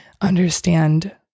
understand